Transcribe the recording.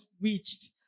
reached